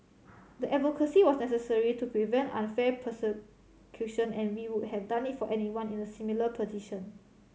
the advocacy was necessary to prevent unfair persecution and we would have done it for anyone in a similar position